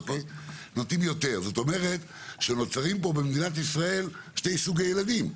זאת אומרת שנוצרים במדינת ישראל שני סוגי ילדים,